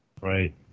Right